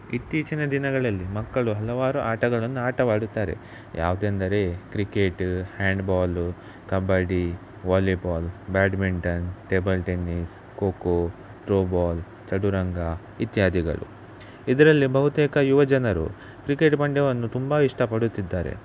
ಇತ್ತೀಚಿನ ದಿನಗಳಲ್ಲಿ ಮಕ್ಕಳು ಹಲವಾರು ಆಟಗಳನ್ನು ಆಟವಾಡುತ್ತಾರೆ ಯಾವ್ದೆಂದರೆ cricket handball kabaddi volleyball badminton table tennis kho kho throwball ಚದುರಂಗ ಇತ್ಯಾದಿಗಳು ಇದರಲ್ಲಿ ಬಹುತೇಕ ಯುವ ಜನರು ಕ್ರಿಕೆಟ್ ಪಂದ್ಯವನ್ನು ತುಂಬ ಇಷ್ಟಪಡುತ್ತಿದ್ದಾರೆ